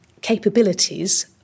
capabilities